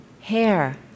hair